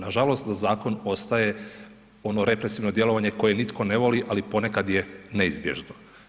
Nažalost zakon ostaje ono represivno djelovanje koje nitko ne voli, ali ponekad je neizbježno.